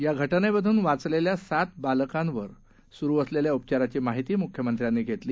या घ नेमधून वाचलेल्या सात बालकांवर सुरु असलेल्या उपचाराची माहिती मुख्यमंत्र्यांनी घेतली